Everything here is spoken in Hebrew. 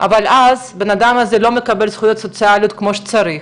אבל אז הבן אדם הזה לא מקבל זכויות סוציאליות כמו שצריך